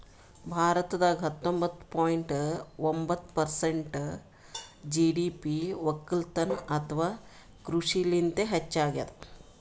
ಭಾರತದಾಗ್ ಹತ್ತೊಂಬತ್ತ ಪಾಯಿಂಟ್ ಒಂಬತ್ತ್ ಪರ್ಸೆಂಟ್ ಜಿ.ಡಿ.ಪಿ ವಕ್ಕಲತನ್ ಅಥವಾ ಕೃಷಿಲಿಂತೆ ಹೆಚ್ಚಾಗ್ಯಾದ